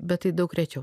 bet tai daug rečiau